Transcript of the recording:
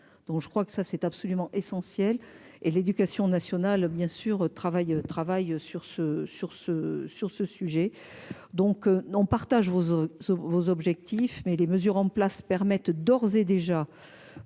je crois que ça c'est absolument essentiel et l'éducation nationale bien sûr, travail, travail sur ce sur ce sur ce sujet donc on partage vos. Vos objectifs mais les mesures en place permettent d'ores et déjà.